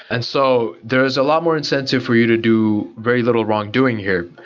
and so there is a lot more incentive for you to do very little wrongdoing here.